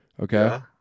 Okay